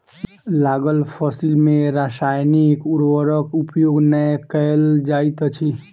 लागल फसिल में रासायनिक उर्वरक उपयोग नै कयल जाइत अछि